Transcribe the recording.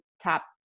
top